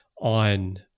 on